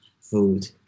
food